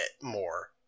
more